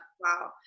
Wow